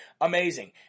amazing